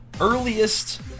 earliest